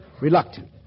reluctant